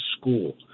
school